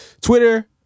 Twitter